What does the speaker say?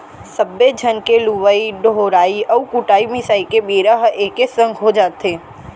सब्बे झन के लुवई डोहराई अउ कुटई मिसाई के बेरा ह एके संग हो जाथे